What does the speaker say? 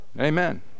Amen